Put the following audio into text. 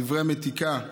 דברי מתיקה,